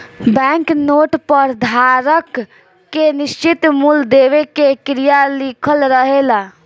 bank note पर धारक के निश्चित मूल देवे के क्रिया लिखल रहेला